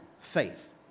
faith